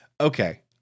Okay